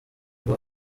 ngo